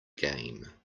game